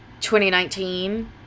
2019